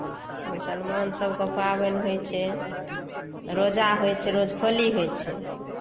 मुसलमान सभकेँ पाबनि होइत छै रोजा होइत छै रोजखोली होइत छै